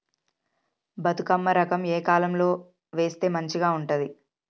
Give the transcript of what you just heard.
బతుకమ్మ రకం ఏ కాలం లో వేస్తే మంచిగా ఉంటది?